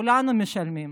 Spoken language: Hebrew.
כולנו משלמים.